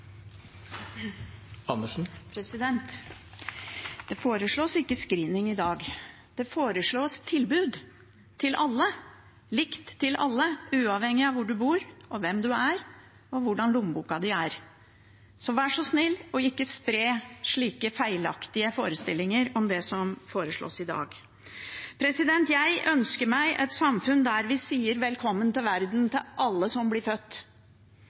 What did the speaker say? dag. Det foreslås tilbud til alle, likt til alle, uavhengig av hvor du bor, hvem du er, og hvordan lommeboka di er. Så vær så snill og ikke spre slike feilaktige forestillinger om det som foreslås i dag. Jeg ønsker meg et samfunn der vi sier velkommen til verden til alle som blir født.